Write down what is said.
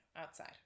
outside